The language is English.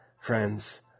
friends